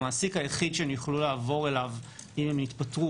המעסיק היחיד שהן יוכלו לעבור אליו אם הן יתפטרו